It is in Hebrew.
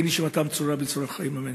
תהי נשמתם צרורה בצרור החיים, אמן.